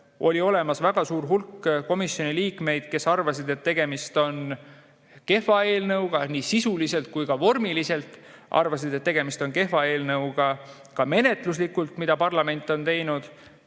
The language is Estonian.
Oli olemas väga suur hulk komisjoni liikmeid, kes arvasid, et tegemist on kehva eelnõuga nii sisuliselt kui ka vormiliselt ning tegemist on kehva eelnõuga ka menetluslikult, ja oli teine